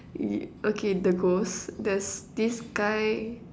ye~ okay the ghost there's this guy